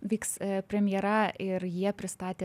vyks premjera ir jie pristatė